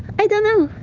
i don't know.